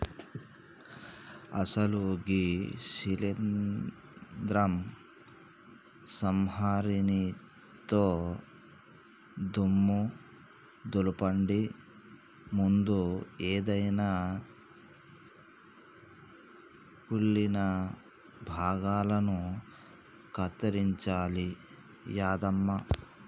అసలు గీ శీలింద్రం సంహరినితో దుమ్ము దులపండి ముందు ఎదైన కుళ్ళిన భాగాలను కత్తిరించాలి యాదమ్మ